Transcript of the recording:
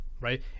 right